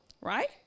right